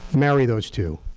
marry those two.